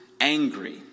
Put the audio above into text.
angry